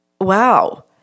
wow